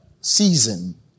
season